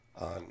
on